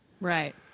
Right